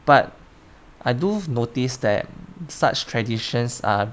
but I do notice that such traditions are